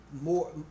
more